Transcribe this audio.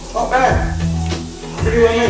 bad pretty well made